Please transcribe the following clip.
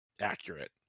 accurate